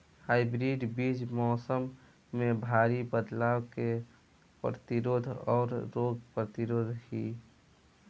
hybrid बीज मौसम में भारी बदलाव के प्रतिरोधी और रोग प्रतिरोधी ह